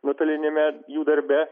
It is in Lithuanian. nuotoliniame jų darbe